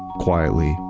quietly,